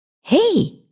Hey